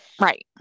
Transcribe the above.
Right